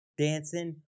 dancing